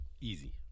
Easy